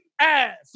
ass